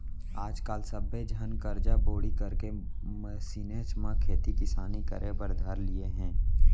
आज काल सब्बे झन करजा बोड़ी करके मसीनेच म खेती किसानी करे बर धर लिये हें